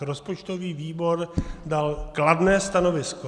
Rozpočtový výbor dal kladné stanovisko.